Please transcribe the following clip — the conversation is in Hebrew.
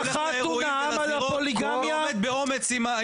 וכל הכבוד לו שהוא הולך לאירועים ועומד באומץ מול טענות האזרחים.